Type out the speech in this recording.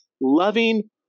loving